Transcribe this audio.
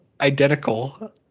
identical